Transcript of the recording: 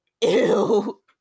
ew